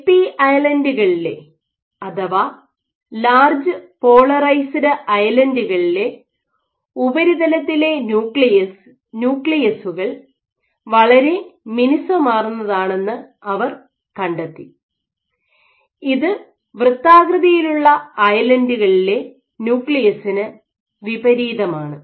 LP ഐലൻഡ്കളിലെ അഥവാ large polarised ഐലൻഡ്കളിലെ ഉപരിതലത്തിലെ ന്യൂക്ലിയസുകൾ വളരെ മിനുസമാർന്നതാണെന്ന് അവർ കണ്ടെത്തി ഇത് ന്യൂക്ലിയസിന് വിപരീതമാണ്